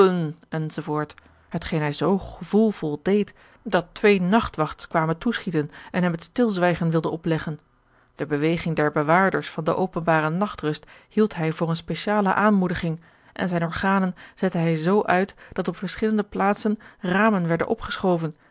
hetgeen hij zoo gevoelvol deed dat twee nachtwachts kwamen toeschieten en hem het stilzwijgen wilden opleggen de beweging der bewaarders van de openbare nachtrust hield hij voor eene speciale aanmoediging en zijne organen zette hij z uit dat op verschillende plaatsen ramen werden opgeschoven